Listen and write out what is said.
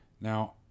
Now